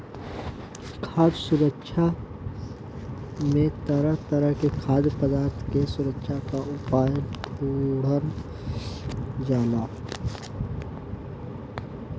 खाद्य सुरक्षा में तरह तरह के खाद्य पदार्थ के सुरक्षा के उपाय ढूढ़ल जाला